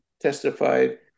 testified